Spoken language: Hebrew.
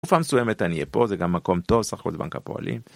בתקופה מסוימת אני אהיה פה זה גם מקום טוב סך הכל זה בנק הפועלים.